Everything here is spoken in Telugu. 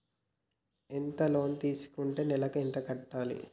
ఎంత లోన్ తీసుకుంటే నెలకు ఎంత కట్టాలి?